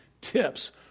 TIPS